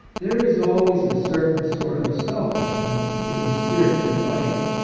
there is always a certain sort of selfish ness in the spiritual life.